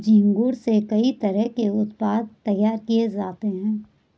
झींगुर से कई तरह के उत्पाद तैयार किये जाते है